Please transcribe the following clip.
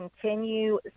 continue